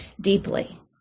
deeply